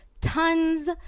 tons